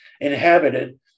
inhabited